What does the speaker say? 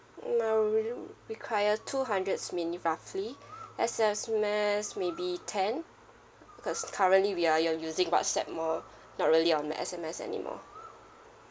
require two hundreds minute roughly S_M_S maybe ten because currently we are you know using whatsapp more not really on the S_M_S anymore